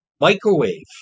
microwave